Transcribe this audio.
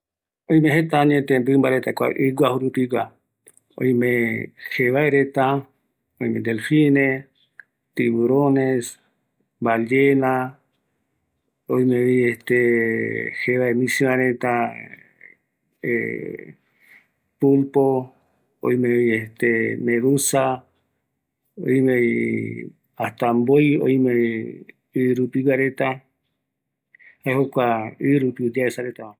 Kua ɨi rupigua reta, tiburon, ballena, delfines, reya, pes martillo, pes sierra, pulpo, sardina, benton, lobo marino, jaeño kua aikuague